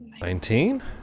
Nineteen